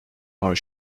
are